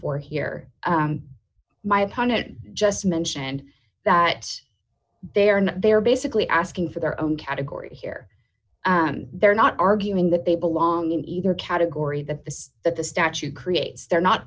for here my opponent just mentioned that they are and they are basically asking for their own category here they're not arguing that they belong in either category that this that the statute creates they're not